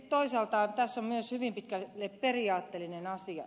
toisaalta tässä on myös hyvin pitkälle periaatteellinen asia